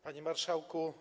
Panie Marszałku!